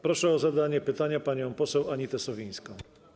Proszę o zadanie pytania panią poseł Anitę Sowińską.